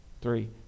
three